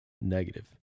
negative